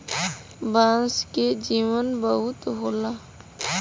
बांस के जीवन बहुत होला